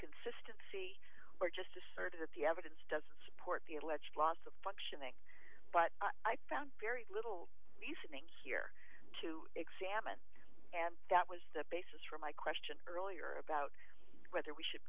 inconsistency or just asserted that the evidence doesn't support the alleged loss of functioning but i found very little reasoning here to examine and that was the basis for my question earlier about whether we should